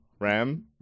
Ram